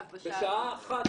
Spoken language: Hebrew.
בשעה 13:00,